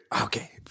Okay